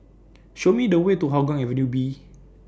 Show Me The Way to Hougang Avenue B